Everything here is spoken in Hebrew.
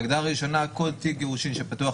ההגדרה הראשונה היא: כל תיק גירושין שפתוח